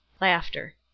Laughter